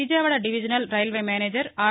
Vijayawada divisional railway manager are